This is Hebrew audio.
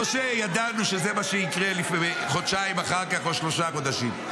לא שידענו שזה מה שיקרה חודשיים אחר כך או שלושה חודשים.